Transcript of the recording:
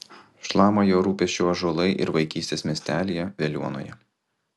šlama jo rūpesčiu ąžuolai ir vaikystės miestelyje veliuonoje